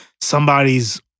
somebody's